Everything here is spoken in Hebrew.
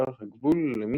מעבר הגבול למצרים.